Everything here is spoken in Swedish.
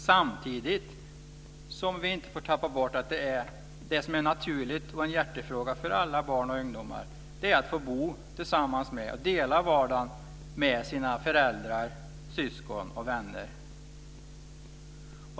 Samtidigt får vi inte tappa bort att det är naturligt och en hjärtefråga för alla barn och ungdomar att få bo tillsammans med och dela vardagen med sina föräldrar, syskon och vänner.